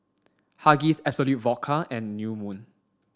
Huggies Absolut Vodka and New Moon